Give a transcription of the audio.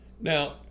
Now